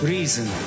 Reason